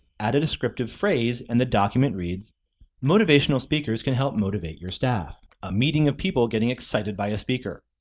add a descriptive phrase and the document reads motivational speakers can help motivate your staff. a meeting of people getting excited by a speaker.